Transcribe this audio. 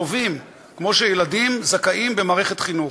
טובים, כמו שילדים זכאים במערכת חינוך.